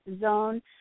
zone